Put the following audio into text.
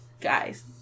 guys